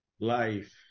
Life